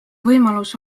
võimalus